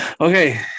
Okay